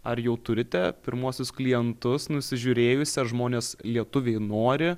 ar jau turite pirmuosius klientus nusižiūrėjus ar žmones lietuviai nori